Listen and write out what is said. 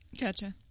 Gotcha